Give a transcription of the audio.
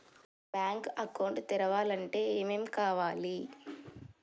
Bank account తెరవాలంటే ఏమేం కావాలి?